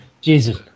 Jesus